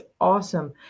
awesome